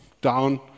down